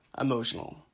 emotional